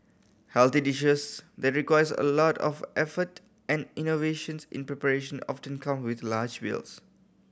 healthy dishes that requires a lot of effort and innovations in preparation often turn come with large bills